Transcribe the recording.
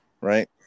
right